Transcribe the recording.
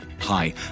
Hi